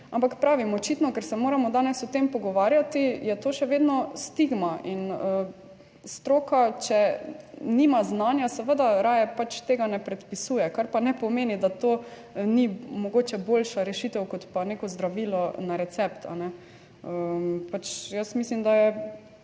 očitno, ker se moramo danes o tem pogovarjati, je to še vedno stigma in stroka, če nima znanja, seveda raje pač tega ne predpisuje, kar pa ne pomeni, da to ni mogoče boljša rešitev kot pa neko zdravilo na recept. Pač jaz mislim, da je